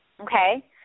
Okay